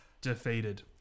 defeated